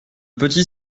petit